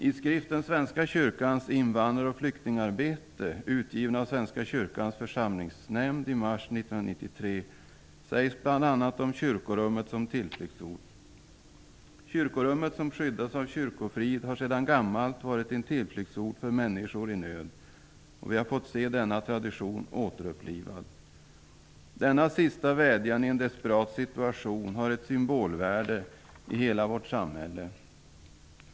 I skriften Svenska kyrkans invandraroch flyktingarbete, utgiven av svenska kyrkans församlingsnämnd i mars 1993, sägs bl.a. om kyrkorummet som tillflyktsort: ''Kyrkorummet som skyddas av kyrkofrid har sedan gammalt varit en tillflyktsort för människor i nöd och vi har fått se denna tradition återupplivad. Denna sista vädjan i en desperat situation har ett symbolvärde i hela vårt samhälle.